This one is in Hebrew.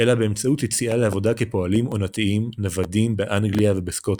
אלא באמצעות יציאה לעבודה כפועלים עונתיים נוודים באנגליה ובסקוטלנד.